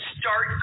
start